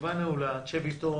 הישיבה תינעל, תשב איתו